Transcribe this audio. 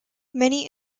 many